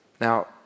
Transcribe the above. Now